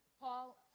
Paul